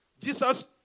Jesus